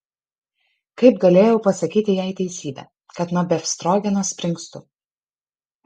kaip galėjau pasakyti jai teisybę kad nuo befstrogeno springstu